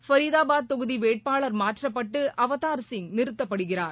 ஃபரிதாபாத் தொகுதி வேட்பாளர் மாற்றப்பட்டு அவதார் சிங் நிறுத்தப்படுகிறார்